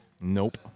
Nope